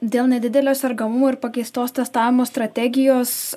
dėl nedidelio sergamumo ir pakeistos testavimo strategijos